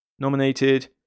Nominated